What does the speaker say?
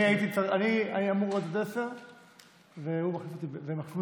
אני אמור להיות עד 22:00 והוא מחליף אותי ב-22:00,